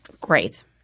Great